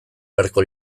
beharko